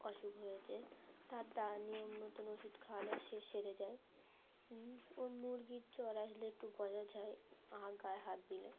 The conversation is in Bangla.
অসুখ হয়েছে তার দা নিয়ম মতন ওষুধ খাওয়ালে সে সেরে যায় ও মুরগির জ্বর আসলে একটু বোঝা যায় গায়ে হাত দিলে